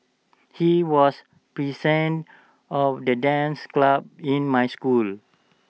he was present of the dance club in my school